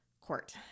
court